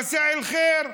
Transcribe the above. "מסא אל-ח'יר".